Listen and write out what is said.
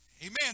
amen